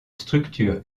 structure